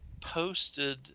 posted